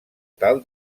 tal